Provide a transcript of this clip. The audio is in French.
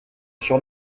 sur